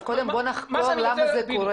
אבל קודם בואו נחקור למה זה קורה.